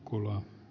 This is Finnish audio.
kolme